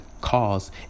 cause